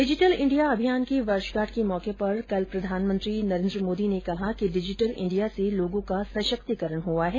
digital India अभियान की वर्षगांठ के मौके पर कल प्रधानमंत्री नरेन्द्र मोदी ने कहा कि डिजिटल इंडिया से लोगों का सशक्तिकरण है